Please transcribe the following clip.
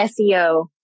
seo